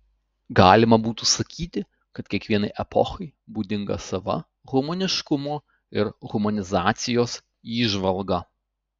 galima būtų sakyti kad kiekvienai epochai būdinga sava humaniškumo ir humanizacijos įžvalga